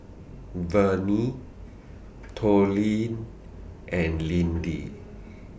Verne Tollie and Lidie